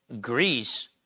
Greece